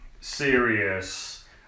serious